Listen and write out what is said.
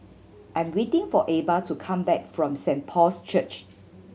I'm waiting for Ebba to come back from Saint Paul's Church